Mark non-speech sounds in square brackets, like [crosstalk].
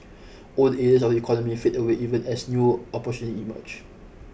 [noise] old ears of economy fade away even as new [unintelligible] emerge